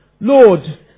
Lord